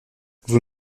vous